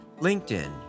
LinkedIn